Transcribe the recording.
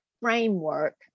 framework